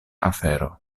afero